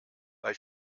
bei